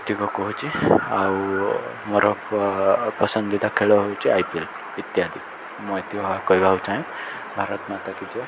ଏତିକି କହୁଛି ଆଉ ମୋର ପସନ୍ଦିଦା ଖେଳ ହେଉଛି ଆଇ ପି ଏଲ୍ ଇତ୍ୟାଦି ମୁଁ ଏତିକି କହିବାକୁ ଚାହେଁ ଭାରତ ମାତା କି ଜୟ